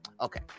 Okay